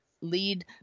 lead